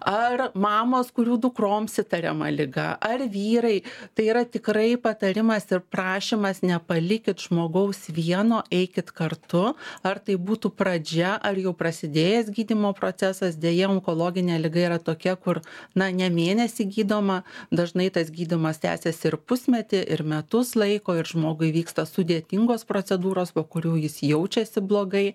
ar mamos kurių dukroms įtariama liga ar vyrai tai yra tikrai patarimas ir prašymas nepalikit žmogaus vieno eikit kartu ar tai būtų pradžia ar jau prasidėjęs gydymo procesas deja onkologinė liga yra tokia kur na ne mėnesį gydoma dažnai tas gydymas tęsiasi ir pusmetį ir metus laiko ir žmogui vyksta sudėtingos procedūros po kurių jis jaučiasi blogai